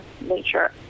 nature